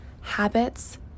habits